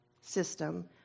system